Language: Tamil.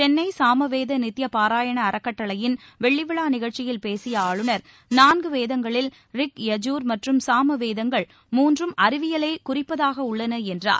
சென்னை சாம வேத நித்ய பாராயண அறக்கட்டணையின் வெள்ளி விழா நிகழ்ச்சியில் பேசிய ஆளுநர் நான்கு வேதங்களில் ரிக் யஜூர் மற்றும் சாம வேதங்கள் மூன்று அறிவியலை குறிப்பதாக உள்ளன என்றார்